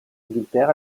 inghilterra